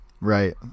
Right